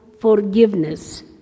forgiveness